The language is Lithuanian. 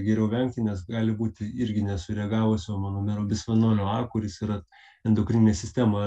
geriau vengti nes gali būti irgi nesureagavusio monomero bisfenolio a kuris yra endokrininę sistemą